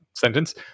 Sentence